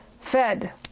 fed